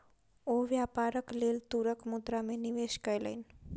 ओ व्यापारक लेल तरल मुद्रा में निवेश कयलैन